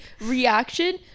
reaction